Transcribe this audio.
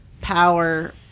power